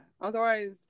Otherwise